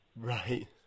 Right